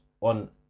on